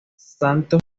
santos